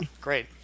great